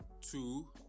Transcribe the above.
Two